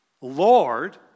Lord